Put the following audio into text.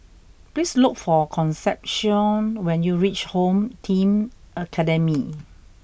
please look for Concepcion when you reach Home Team Academy